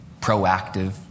proactive